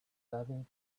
loving